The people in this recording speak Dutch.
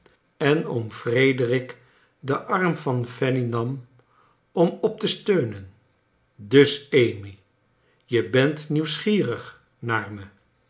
en oom frederick den arm van fanny nam om op te steunen dus amy je bent nieuwsgierig naar me